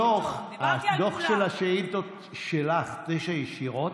מתוך הדוח של השאילתות שלך, תשע ישירות,